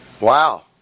Wow